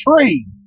tree